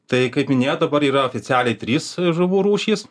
tai kaip minėjot dabar yra oficialiai trys žuvų rūšys